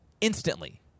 instantly